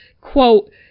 Quote